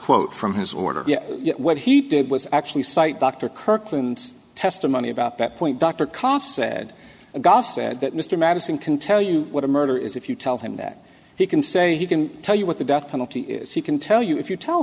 quote from his order what he did was actually cite dr kirkland testimony about that point dr karpf said gossip that mr madison can tell you what a murder is if you tell him that he can say he can tell you what the death penalty is he can tell you if you tell